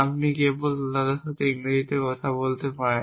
আপনি কেবল তাদের সাথে ইংরেজিতে কথা বলতে পারেন